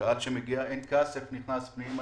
וקהל שמגיע אין כסף נכנס פנימה.